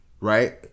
Right